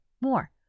More